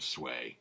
Sway